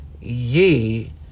ye